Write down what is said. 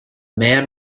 man